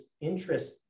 interest